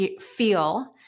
feel